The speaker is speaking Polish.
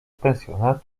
pensjona